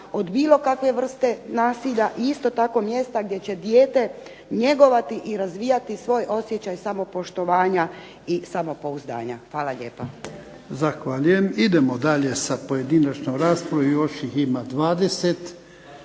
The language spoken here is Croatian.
od bilo kakve vrste nasilja, i isto tako mjesta gdje će dijete njegovati i razvijati svoj osjećaj samopoštovanja i samopouzdanja. Hvala lijepa.